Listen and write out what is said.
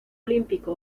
olímpico